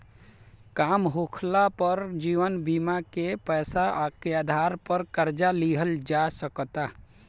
काम होखाला पर जीवन बीमा के पैसा के आधार पर कर्जा लिहल जा सकता